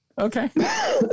Okay